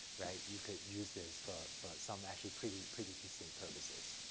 right, you could use this for, for some actually pretty, pretty decent purposes.